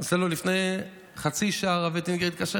ואז הוא אומר לי: יש שמועות ביישוב עלי שהרב אטינגר היה מעורב,